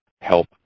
help